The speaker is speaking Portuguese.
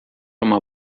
uma